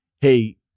hey